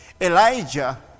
Elijah